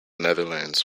netherlands